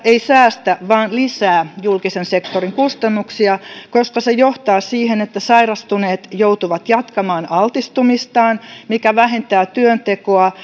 ei säästä vaan lisää julkisen sektorin kustannuksia koska se johtaa siihen että sairastuneet joutuvat jatkamaan altistumistaan mikä vähentää työntekoa